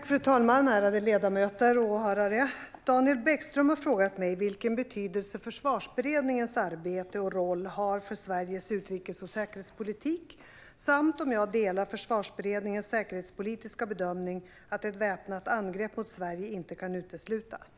Fru talman! Ärade ledamöter och åhörare! Daniel Bäckström har frågat mig vilken betydelse Försvarsberedningens arbete och roll har för Sveriges utrikes och säkerhetspolitik samt om jag delar Försvarsberedningens säkerhetspolitiska bedömning att ett väpnat angrepp mot Sverige inte kan uteslutas.